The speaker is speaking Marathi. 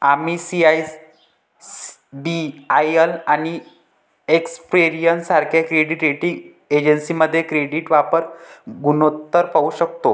आम्ही सी.आय.बी.आय.एल आणि एक्सपेरियन सारख्या क्रेडिट रेटिंग एजन्सीमध्ये क्रेडिट वापर गुणोत्तर पाहू शकतो